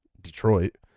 Detroit